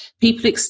people